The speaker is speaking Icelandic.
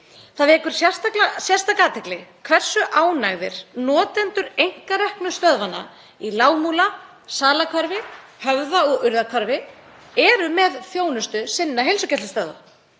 Það vekur sérstaka athygli hversu ánægðir notendur einkareknu stöðvanna í Lágmúla, Salahverfi, á Höfða og í Urðarhvarfi eru með þjónustu sinna heilsugæslustöðva.